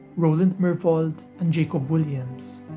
roland myrvold and jacob williams.